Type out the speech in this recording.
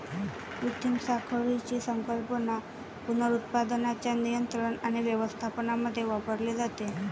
कृत्रिम साखळीची संकल्पना पुनरुत्पादनाच्या नियंत्रण आणि व्यवस्थापनामध्ये वापरली जाते